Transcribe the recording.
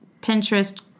Pinterest